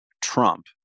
Trump